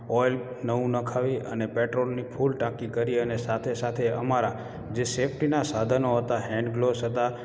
oil નવું નખાવી અને પેટ્રોલની ફુલ ટાંકી કરી અને સાથે સાથે અમારાં જે સેફ્ટીના સાધનો હતાં હૅન્ડ ગ્લોવ્ઝ હતાં